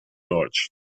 deutsch